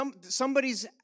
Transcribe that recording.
somebody's